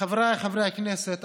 חבריי חברי הכנסת,